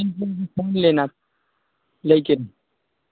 हँ बढ़िआँ अ कहिऔ जे अहाँ हँ